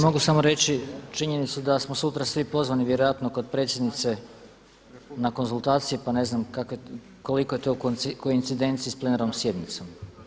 Mogu samo reći činjenicu da smo sutra svi pozvani vjerojatno kod predsjednice na konzultacije, pa ne znam koliko je to u koincidenciji s plenarnom sjednicom.